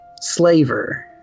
slaver